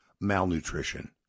malnutrition